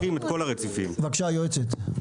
בבקשה, היועצת.